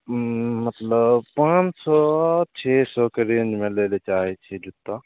मतलब पान सओ छओ सओके रेंजमे लै लए चाहय छियै जूता